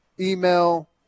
email